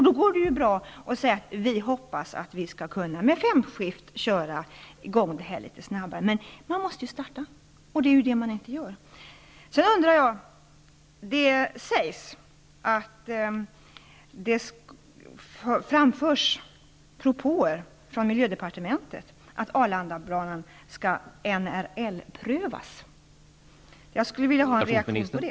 Då går det att svara att vi hoppas att vi med femskift skall kunna köra i gång detta litet snabbare. Men man måste starta arbetet, och det är det som man inte gör. Det sägs vidare att det framförs propåer från miljödepartementet om att Arlandabanan skall NRL-prövas. Jag skulle vilja få en reaktion på det.